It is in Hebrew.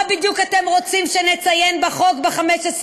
מה בדיוק אתם רוצים שנציין בחוק ב-15 במאי?